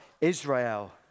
Israel